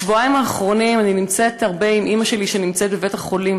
בשבועיים האחרונים אני נמצאת הרבה עם אימא שלי שנמצאת בבית-חולים,